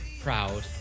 proud